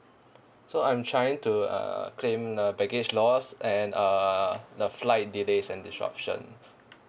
so I'm trying to uh claim the baggage lost and uh the flight delays and disruption